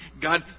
God